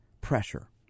Pressure